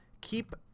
Keep